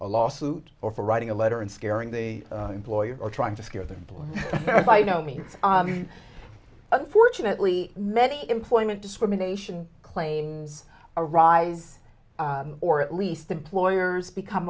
a lawsuit or for writing a letter and scaring the employer or trying to scare them by no means unfortunately many employment discrimination claims arise or at least employers become